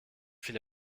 viele